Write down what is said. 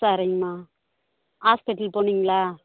சரிங்கம்மா ஹாஸ்பிட்டல் போனிங்களா